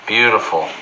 Beautiful